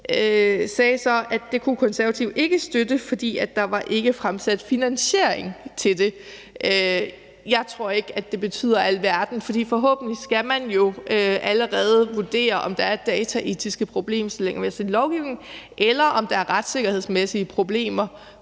sagde så, at det kunne Konservative ikke støtte, fordi der ikke var fremsat finansiering til det. Jeg tror ikke, det betyder alverden, for forhåbentlig skal man jo allerede vurdere, om der er dataetiske problemstillinger ved en lovgivning, eller om der er retssikkerhedsmæssige problemer